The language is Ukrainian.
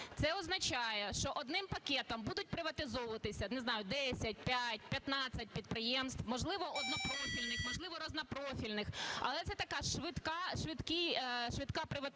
Це означає, що одним пакетом будуть приватизовуватися, не знаю, 10, 5, 15 підприємств, можливо, однопрофільних, можливо, різнопрофільних. Але це така швидка приватизація